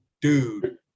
Dude